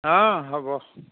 অঁ হ'ব